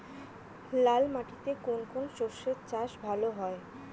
লাল মাটিতে কোন কোন শস্যের চাষ ভালো হয়?